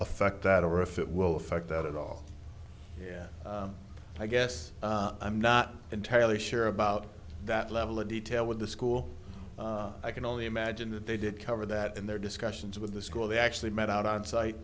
affect that or if it will affect that at all i guess i'm not entirely sure about that level of detail with the school i can only imagine that they did cover that in their discussions with the school they actually met out on site